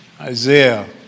Isaiah